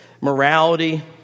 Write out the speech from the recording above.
morality